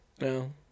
No